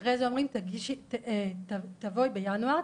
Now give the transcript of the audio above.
אחרי זה אומרים לי: תבואי בינואר,